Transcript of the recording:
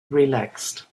relaxed